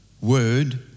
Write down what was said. word